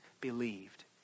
believed